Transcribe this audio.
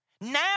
Now